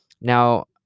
now